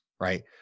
right